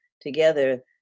together